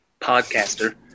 podcaster